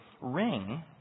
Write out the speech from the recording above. ring